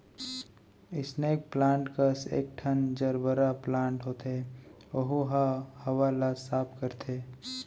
snake plant कस एकठन gerbera plant होथे ओहू ह हवा ल साफ करथे